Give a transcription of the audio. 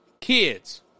kids